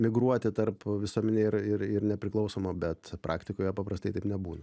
migruoti tarp visuomeninio ir ir nepriklausomo bet praktikoje paprastai taip nebūna